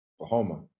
Oklahoma